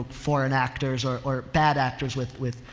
foreign actors or, or bad actors with, with,